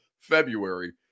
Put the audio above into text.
February